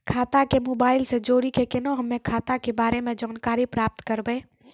खाता के मोबाइल से जोड़ी के केना हम्मय खाता के बारे मे जानकारी प्राप्त करबे?